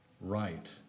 right